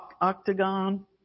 octagon